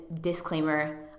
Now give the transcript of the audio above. disclaimer